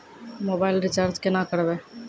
Mobile recharge केना करबै?